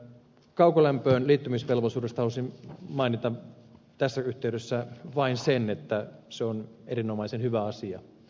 kaukolämpöön liittymisvelvollisuudesta haluaisin mainita tässä yhteydessä vain sen että se on erinomaisen hyvä asia